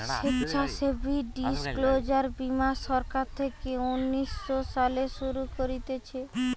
স্বেচ্ছাসেবী ডিসক্লোজার বীমা সরকার থেকে উনিশ শো সালে শুরু করতিছে